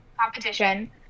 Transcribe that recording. competition